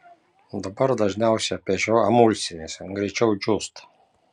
dabar dažniausiai piešiu emulsiniais greičiau džiūsta